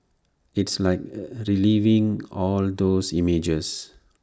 it's like reliving all those images